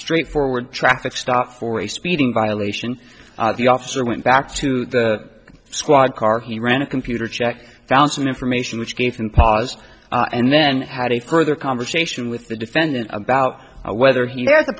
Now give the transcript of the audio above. straightforward traffic stop for a speeding violation the officer went back to the squad car he ran a computer check found some information which gave him pause and then had a further conversation with the defendant about whether he was a